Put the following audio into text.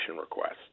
request